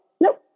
nope